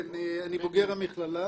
אני בוגר המכללה